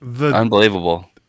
unbelievable